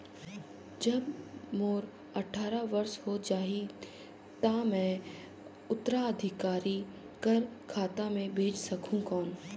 जब मोर अट्ठारह वर्ष हो जाहि ता मैं उत्तराधिकारी कर खाता मे भेज सकहुं कौन?